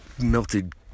melted